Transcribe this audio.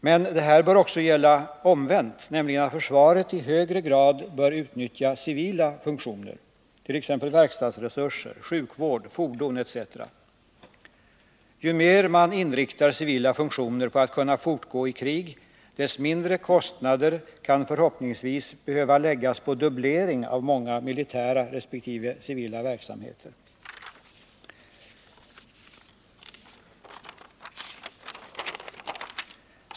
Men det här bör också gälla omvänt — nämligen att försvaret i fredstid i högre grad bör utnyttja civila funktioner, t.ex. verkstadsresurser, sjukvård, fordon. Ju mer man inriktar civila funktioner på att de skall kunna fortgå i krig, desto mindre kan förhoppningsvis kostnaderna bli genom minskad dubblering av många militära resp. civila verksamheter.